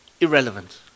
Irrelevant